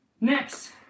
next